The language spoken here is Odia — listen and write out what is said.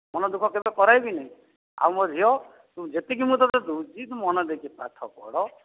ମନ ଦୁଃଖ କେବେ କରାଇବିନି ଆଉ ମୋ ଝିଅ ମୁଁ ଯେତିକି ମୁଁ ତୋତେ ଦେଉଛି ତୁ ମନ ଦେଇକି ପାଠ ପଢ଼